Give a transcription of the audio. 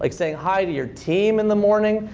like saying hi to your team in the morning?